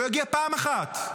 לא הגיעה פעם אחת.